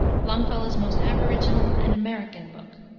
longfellow's most aboriginal and american book.